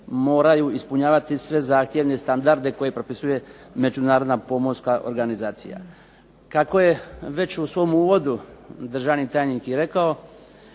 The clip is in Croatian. moraju ispunjavati sve zahtjevne standarde koje propisuje Međunarodna pomorska organizacija. Kako je već u svom uvodu državni tajnik i rekao